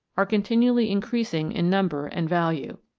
are con tinually increasing in number and value.